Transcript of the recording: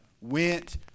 went